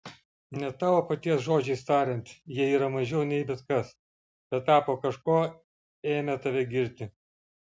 ne tavo paties žodžiais tariant jie yra mažiau nei bet kas bet tapo kažkuo ėmę tave girti